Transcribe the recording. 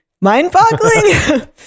mind-boggling